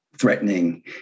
threatening